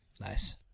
Nice